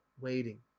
waiting